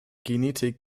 genetik